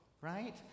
right